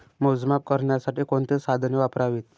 मोजमाप करण्यासाठी कोणती साधने वापरावीत?